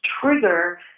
trigger